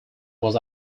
was